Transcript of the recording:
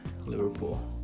Liverpool